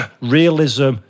realism